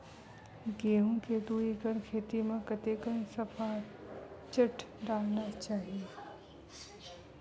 गेहूं के दू एकड़ खेती म कतेकन सफाचट डालना चाहि?